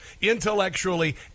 intellectually